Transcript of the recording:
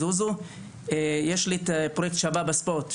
יש לי פרויקט "שווה בספורט",